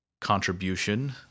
contribution